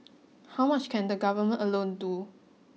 how much can the government alone do